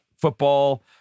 football